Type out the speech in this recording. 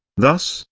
thus,